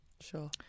Sure